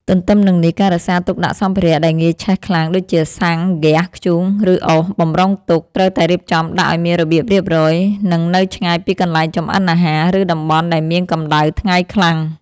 ទន្ទឹមនឹងនេះ ការរក្សាទុកដាក់សម្ភារៈដែលងាយឆេះខ្លាំង ដូចជា សាំង ហ្គាស ធ្យូង ឬអុស បម្រុងទុក ត្រូវតែរៀបចំដាក់ឱ្យមានរបៀបរៀបរយ និងនៅឆ្ងាយពីកន្លែងចម្អិនអាហារ ឬតំបន់ដែលមានកម្ដៅថ្ងៃខ្លាំង។